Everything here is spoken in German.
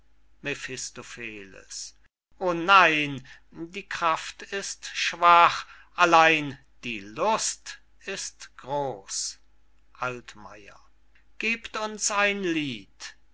o nein die kraft ist schwach allein die lust ist groß altmayer gebt uns ein lied